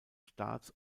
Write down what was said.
staats